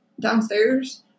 downstairs